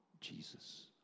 Jesus